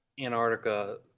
antarctica